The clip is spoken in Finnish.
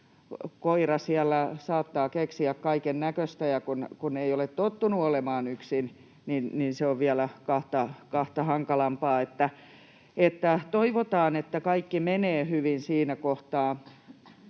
siellä saattaa keksiä kaikennäköistä, ja kun se ei ole tottunut olemaan yksin, niin se on vielä kahta hankalampaa. Toivotaan, että kaikki menee hyvin siinä kohtaa,